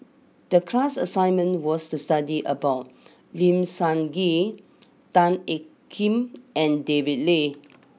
the class assignment was to study about Lim Sun Gee Tan Ean Kiam and David Lee